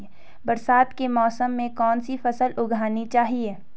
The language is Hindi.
बरसात के मौसम में कौन सी फसल उगानी चाहिए?